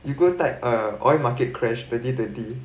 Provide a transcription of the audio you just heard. you go type uh oil market crash twenty twenty